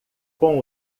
com